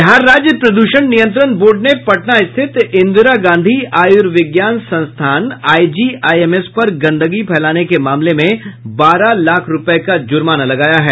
बिहार राज्य प्रदूषण नियंत्रण बोर्ड ने पटना स्थित इंदिरा गांधी आयुर्विज्ञान संस्थान आईजीआईएमएस पर गंदगी फैलाने के मामले में बारह लाख रूपये का जूर्माना लगाया है